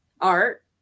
art